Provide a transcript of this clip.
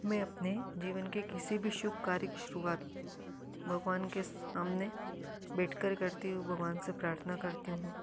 मैं अपने जीवन के किसी भी शुभ कार्य की शुरुआत भगवान के सामने बैठ कर करती हूँ भगवान से प्रार्थना करती हूँ